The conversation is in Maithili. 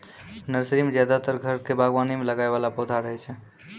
नर्सरी मॅ ज्यादातर घर के बागवानी मॅ लगाय वाला पौधा रहै छै